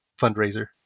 fundraiser